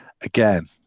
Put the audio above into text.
again